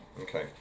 Okay